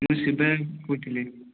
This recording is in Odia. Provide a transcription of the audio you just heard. ମୁଁ ଶିବା କହୁଥିଲି